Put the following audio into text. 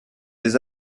des